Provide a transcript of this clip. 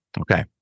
Okay